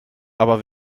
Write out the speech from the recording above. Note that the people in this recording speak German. aber